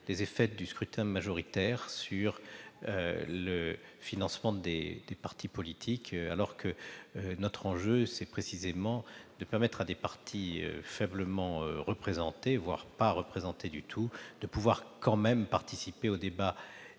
les effets du scrutin majoritaire sur le financement des partis politiques, alors que l'enjeu est précisément de permettre à des partis faiblement représentés, voire pas représentés du tout, de participer quand même au débat